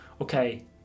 okay